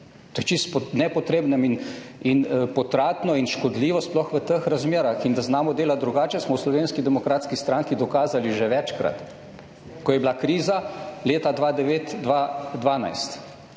To je čisto po nepotrebnem in potratno in škodljivo, sploh v teh razmerah. In da znamo delati drugače, smo v Slovenski demokratski stranki dokazali že večkrat, ko je bila kriza leta 2009-2012